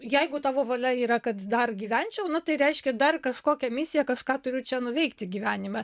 jeigu tavo valia yra kad dar gyvenčiau nu tai reiškia dar kažkokią misiją kažką turiu čia nuveikti gyvenime